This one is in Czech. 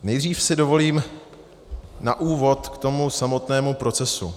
Nejdřív si dovolím na úvod k tomu samotnému procesu.